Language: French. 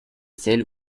celle